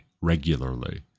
regularly